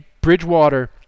Bridgewater